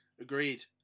Agreed